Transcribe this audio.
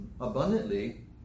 abundantly